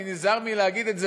אני נזהר מלהגיד את זה,